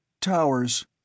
Towers